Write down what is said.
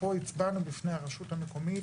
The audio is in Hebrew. ופה הצבענו בפני הרשות המקומית,